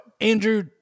Andrew –